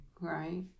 right